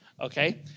Okay